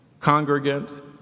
Congregant